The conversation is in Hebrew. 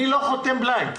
אני לא חותם בליינד.